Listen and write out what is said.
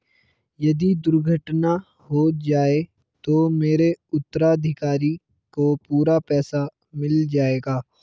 यदि दुर्घटना हो जाये तो मेरे उत्तराधिकारी को पूरा पैसा मिल जाएगा?